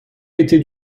été